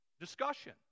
discussion